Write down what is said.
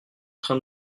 train